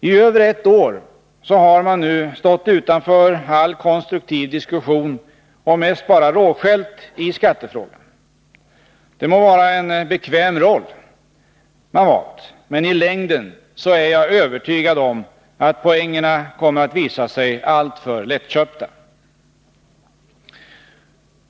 I över ett år har man nu stått utanför all konstruktiv diskussion och mest bara råskällt i skattefrågan. Det må vara en bekväm roll man valt, men i längden är jag övertygad om att poängerna kommer att visa sig alltför lättköpta.